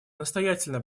настоятельно